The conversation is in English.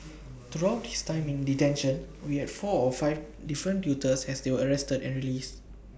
throughout his time in detention we had four or five different tutors as they were arrested and released